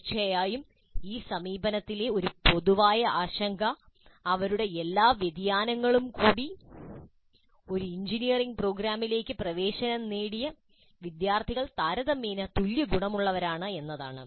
തീർച്ചയായും ഈ സമീപനത്തിലെ ഒരു പൊതുവായ ആശങ്ക അവരുടെ എല്ലാ വ്യതിയാനങ്ങളും കൂടി ഒരു എഞ്ചിനീയറിംഗ് പ്രോഗ്രാമിലേക്ക് പ്രവേശനം നേടിയ വിദ്യാർത്ഥികൾ താരതമ്യേന തുല്യഗുണമുള്ളവരാണ് എന്നതാണ്